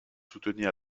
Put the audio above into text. soutenir